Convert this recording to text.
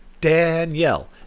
Danielle